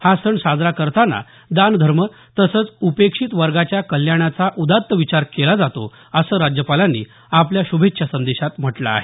हा सण साजरा करताना दानधर्म तसेच उपेक्षित वर्गाच्या कल्याणाचा उदात्त विचार केला जातो असं राज्यपालांनी आपल्या श्भेच्छा संदेशात म्हटलं आहे